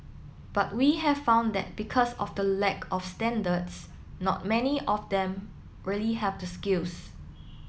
but we have found that because of the lack of standards not many of them really have the skills